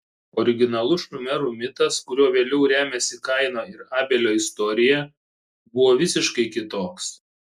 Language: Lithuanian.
originalus šumerų mitas kuriuo vėliau remiasi kaino ir abelio istorija buvo visiškai kitoks